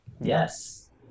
Yes